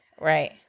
Right